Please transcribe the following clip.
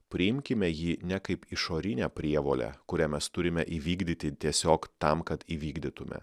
priimkime jį ne kaip išorinę prievolę kurią mes turime įvykdyti tiesiog tam kad įvykdytume